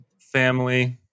family